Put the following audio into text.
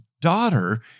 daughter